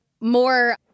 more